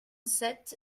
sept